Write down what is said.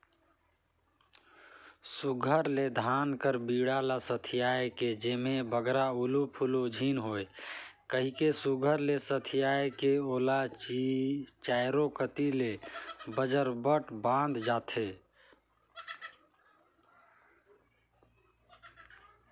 सुग्घर ले धान कर बीड़ा ल सथियाए के जेम्हे बगरा उलु फुलु झिन होए कहिके सुघर ले सथियाए के ओला चाएरो कती ले बजरबट बाधल जाथे